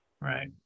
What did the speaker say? Right